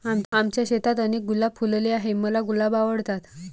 आमच्या शेतात अनेक गुलाब फुलले आहे, मला गुलाब आवडतात